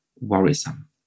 worrisome